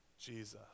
Jesus